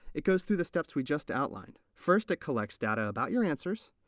it goes through the steps we just outlined. first it collects data about your answers,